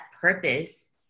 purpose